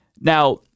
Now